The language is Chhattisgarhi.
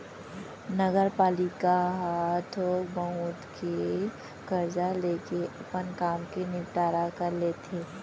नगरपालिका ह थोक बहुत के करजा लेके अपन काम के निंपटारा कर लेथे